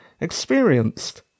experienced